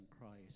Christ